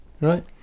right